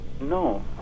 No